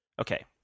Okay